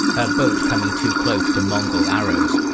her boat coming too close to mongol arrows.